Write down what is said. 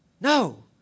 No